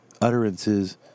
utterances